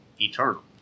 eternal